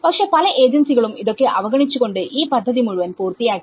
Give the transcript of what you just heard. പക്ഷേ പല ഏജൻസികളും ഇതൊക്കെ അവഗണിച്ചുകൊണ്ട് ഈ പദ്ധതി മുഴുവൻ പൂർത്തിയാക്കി